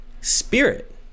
Spirit